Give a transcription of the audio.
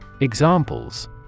Examples